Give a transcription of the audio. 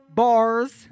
bars